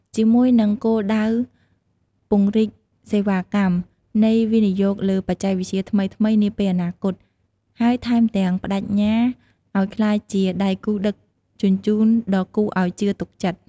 ជាមួយនឹងគោលដៅពង្រីកសេវាកម្មនៃវិនិយោគលើបច្ចេកវិទ្យាថ្មីៗនាពេលអនាគត ហើយថែមទាំងប្តេជ្ញាឲ្យក្លាយជាដៃគូដឹកជញ្ជូនដ៏គួរឲ្យជឿទុកចិត្ត ។